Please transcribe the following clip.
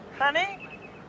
Honey